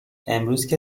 امروزکه